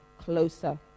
closer